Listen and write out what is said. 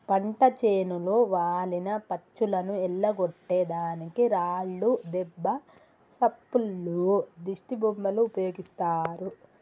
పంట చేనులో వాలిన పచ్చులను ఎల్లగొట్టే దానికి రాళ్లు దెబ్బ సప్పుల్లో దిష్టిబొమ్మలు ఉపయోగిస్తారు